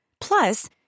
Plus